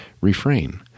refrain